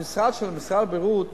במשרד הבריאות,